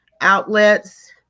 outlets